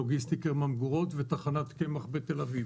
לוגיסטיקה ממגורות וטחנת קמח בתל אביב.